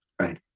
Right